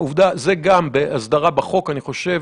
זאת אומרת, זה גם בהסדרה בחוק, אני חושב.